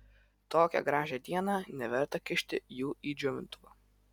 tokią gražią dieną neverta kišti jų į džiovintuvą